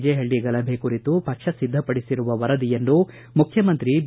J Halli ಗಲಭೆ ಕುರಿತು ಪಕ್ಷ ಸಿದ್ಧಪಡಿಸಿರುವ ವರದಿಯನ್ನು ಮುಖ್ಯಮಂತ್ರಿ ಬಿ